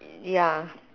ya